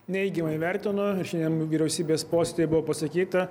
neigiamai vertinu ir šiandien vyriausybės posėdyje buvo pasakyta